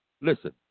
Listen